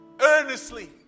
earnestly